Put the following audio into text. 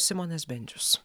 simonas bendžius